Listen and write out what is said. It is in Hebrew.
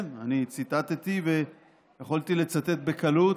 כן, אני ציטטתי ויכולתי לצטט בקלות,